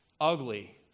Ugly